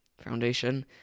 foundation